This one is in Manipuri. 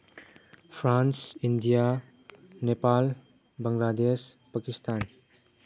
France India Nepal Bangladesh Pakistan